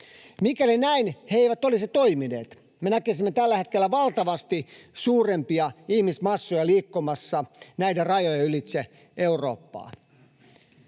Mikäli näin he eivät olisi toimineet, me näkisimme tällä hetkellä valtavasti suurempia ihmismassoja liikkumassa näiden rajojen ylitse Eurooppaan.